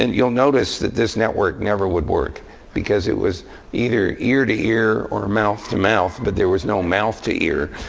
and you'll notice that this network never would work because it was either ear to ear or mouth to mouth. but there was no mouth to ear.